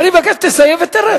אני מבקש שתסיים ותרד.